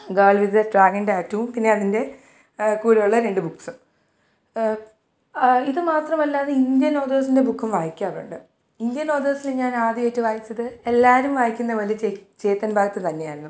girl with a dragon ടാറ്റും പിന്നെ അതിന്റെ കൂടെയുള്ള രണ്ട് ബുക്സും ഇത് മാത്രമല്ലാതെ ഇന്ത്യൻ ഓതേഴ്സിന്റെ ബുക്കും വായിക്കാറുണ്ട് ഇന്ത്യൻ ഓതേഴ്സിൽ ഞാനാദ്യമായിട്ട് വായിച്ചത് എല്ലാവരും വായിക്കുന്ന പോലെ ചെ ചേതൻ ഭഗത് തന്നെയായിരുന്നു